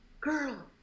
girl